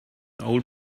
old